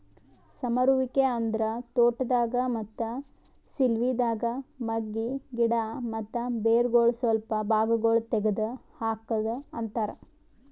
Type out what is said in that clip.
ಸಮರುವಿಕೆ ಅಂದುರ್ ತೋಟದಾಗ್, ಮತ್ತ ಸಿಲ್ವಿದಾಗ್ ಮಗ್ಗಿ, ಗಿಡ ಮತ್ತ ಬೇರಗೊಳ್ ಸ್ವಲ್ಪ ಭಾಗಗೊಳ್ ತೆಗದ್ ಹಾಕದ್ ಅಂತರ್